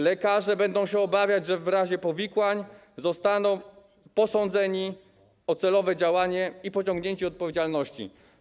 Lekarze będą się obawiać, że w razie powikłań zostaną posądzeni o celowe działanie i pociągnięcie do odpowiedzialności.